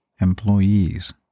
employees